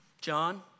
John